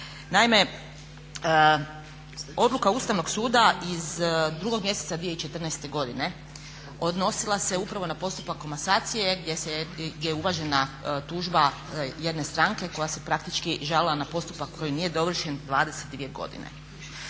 Naime, odluka Ustavnog suda iz 2. mjeseca 2014. godine odnosila se upravo na postupak komasacije gdje je uvažena tužba jedne stranke koja se praktički žalila na postupak koji nije dovršen 22 godine.